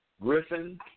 Griffin